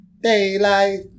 Daylight